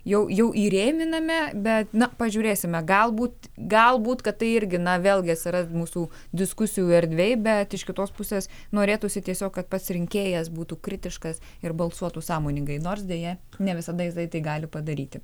jau jau įrėminame bet na pažiūrėsime galbūt galbūt kad tai irgi na vėlgi atsiras mūsų diskusijų erdvėj bet iš kitos pusės norėtųsi tiesiog kad pats rinkėjas būtų kritiškas ir balsuotų sąmoningai nors deja ne visada jisai tai gali padaryti